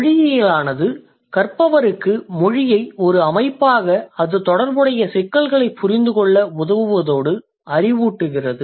மொழியியலானது கற்பவருக்கு மொழியை ஒரு அமைப்பாக அது தொடர்புடைய சிக்கல்களைப் புரிந்துகொள்ள உதவுவதோடு அறிவூட்டுகிறது